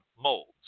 molds